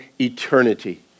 eternity